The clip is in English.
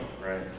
right